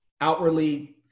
outwardly